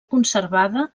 conservada